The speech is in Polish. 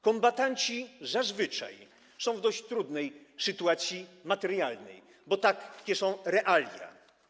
Kombatanci zazwyczaj są w dość trudnej sytuacji materialnej, bo takie są realia.